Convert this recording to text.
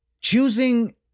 Choosing